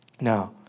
now